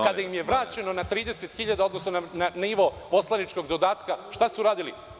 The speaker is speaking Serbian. Kada im je vraćeno na 30.000, odnosno na nivo poslaničkog dodatka šta su uradili?